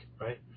Right